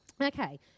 Okay